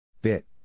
Bit